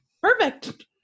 perfect